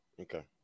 Okay